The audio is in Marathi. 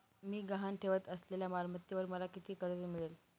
मी गहाण ठेवत असलेल्या मालमत्तेवर मला किती कर्ज मिळेल?